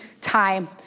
time